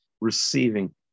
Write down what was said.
receiving